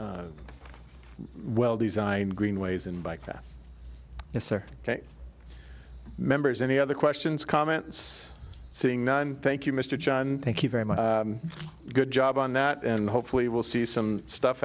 to well designed greenways and bike that members any other questions comments seeing none thank you mr john thank you very much good job on that and hopefully we'll see some stuff